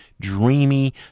dreamy